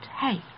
hey